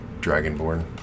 Dragonborn